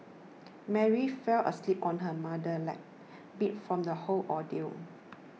Mary fell asleep on her mother's lap beat from the whole ordeal